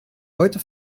heute